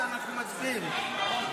אם אתה בעד אנחנו מצביעים.